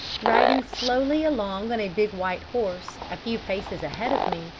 riding slowly along on a big white horse, a few paces ahead of me,